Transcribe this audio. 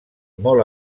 molt